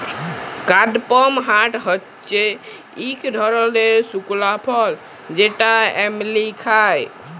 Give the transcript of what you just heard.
কাদপমহাট হচ্যে ইক ধরলের শুকলা ফল যেটা এমলি খায়